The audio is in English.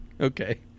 Okay